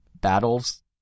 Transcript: battles